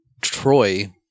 Troy